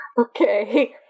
Okay